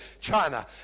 China